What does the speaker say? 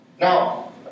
Now